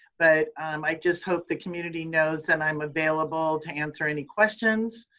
but um i just hope the community knows that i'm available to answer any questions.